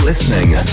listening